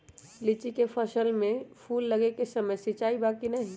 लीची के फसल में फूल लगे के समय सिंचाई बा कि नही?